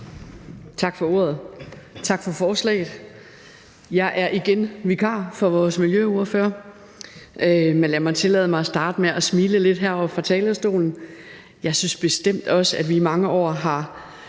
Tak for ordet, og tak for forslaget. Jeg er igen vikar for vores miljøordfører, og lad mig tillade mig at starte med at smile lidt heroppe fra talerstolen. Jeg synes bestemt også, at vi i mange år har